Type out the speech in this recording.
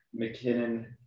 McKinnon